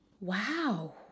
Wow